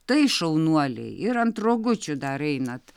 tai šaunuoliai ir ant rogučių dar einat